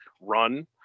run